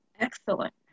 Excellent